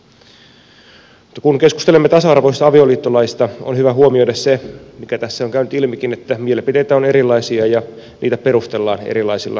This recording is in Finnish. mutta kun keskustelemme tasa arvoisesta avioliittolaista on hyvä huomioida se mikä tässä on käynyt ilmikin että mielipiteitä on erilaisia ja niitä perustellaan erilaisilla seikoilla